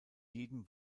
jedem